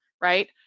right